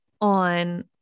on